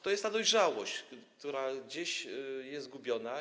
To jest ta dojrzałość, która gdzieś jest gubiona.